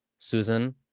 Susan